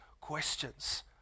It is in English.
questions